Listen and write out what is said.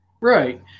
Right